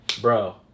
bro